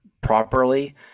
properly